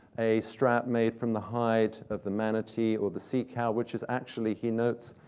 a strap made from the hide of the manatee, or the sea cow, which is actually, he notes,